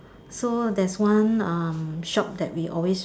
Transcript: so there's one um shop that we always